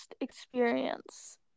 experience